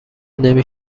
نمی